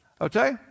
Okay